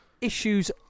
issues